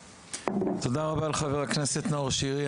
תודה רבה לחבר הכנסת נאור שירי.